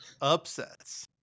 Upsets